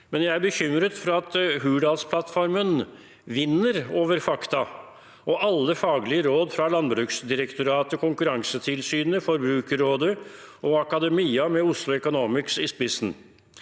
Men jeg er bekymret for at Hurdalsplattformen vinner over fakta og alle faglige råd fra Landbruksdirektoratet, Konkurransetilsynet, Forbrukerrådet og akademia, med Oslo Economics i spissen.